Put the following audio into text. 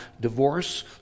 divorce